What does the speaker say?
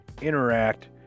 interact